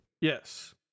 Yes